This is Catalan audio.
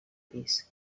pis